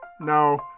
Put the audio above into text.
no